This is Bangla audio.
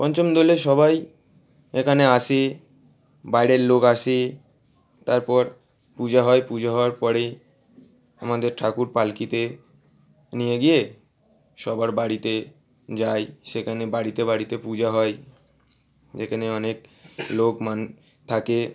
পঞ্চম দোলে সবাই এখানে আসে বাইরের লোক আসে তারপর পূজা হয় পুজো হওয়ার পরে আমাদের ঠাকুর পালকিতে নিয়ে গিয়ে সবার বাড়িতে যাই সেখানে বাড়িতে বাড়িতে পূজা হয় যেখানে অনেক লোক মান থাকে